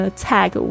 tag